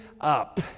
up